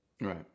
Right